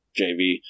JV